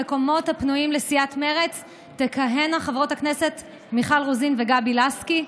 במקומות הפנויים לסיעת מרצ תכהנה חברות הכנסת מיכל רוזין וגבי לסקי,